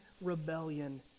rebellion